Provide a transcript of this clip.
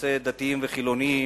בנושא דתיים וחילונים,